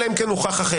אלא אם כן הוכח אחרת,